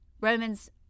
Romans